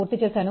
dSa20KdKdt